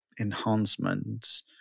enhancements